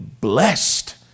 blessed